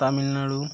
Tamil Nadu